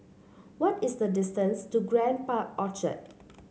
what is the distance to Grand Park Orchard